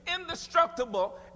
indestructible